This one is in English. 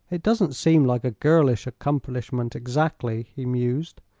it doesn't seem like a girlish accomplishment, exactly, he mused.